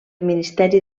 ministeri